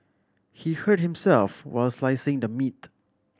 he hurt himself while slicing the meat